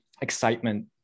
excitement